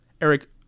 eric